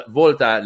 volta